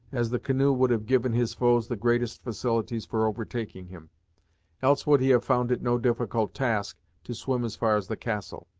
as the canoe would have given his foes the greatest facilities for overtaking him else would he have found it no difficult task to swim as far as the castle.